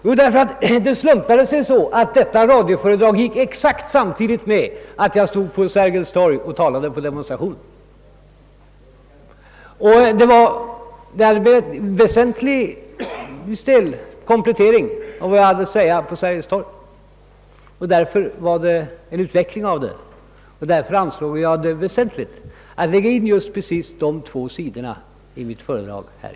Jo, det slumpade sig så att detta radioföredrag sändes vid exakt samma tidpunkt som när jag stod och talade på Sergels torg under demonstrationen. Det innebar en väsentlig komplettering av vad jag framhöll på Sergels torg, och det var en utveckling härav. Jag ansåg det där för vara väsentligt att lägga in just dessa två sidor i mitt anförande i dag.